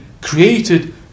created